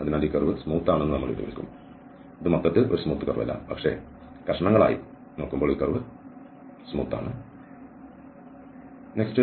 അതിനാൽ ഈ curve smooth ആണെന്ന് നമ്മൾ ഇവിടെ വിളിക്കും ഇത് മൊത്തത്തിൽ ഒരു സ്മൂത്ത് കർവ് അല്ല പക്ഷേ കഷണങ്ങളായി ഈ കർവ് സ്മൂത്ത് ആണ്